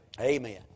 Amen